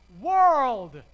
world